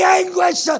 anguish